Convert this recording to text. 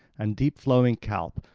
and deep-flowing calpe,